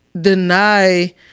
deny